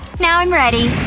now i'm ready